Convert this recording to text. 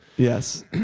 Yes